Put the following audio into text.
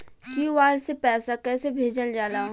QR से पैसा कैसे भेजल जाला?